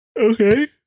Okay